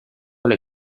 alle